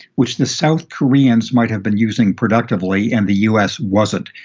which the south koreans might have been using productively, and the us wasn't,